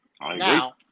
Now